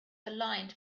aligned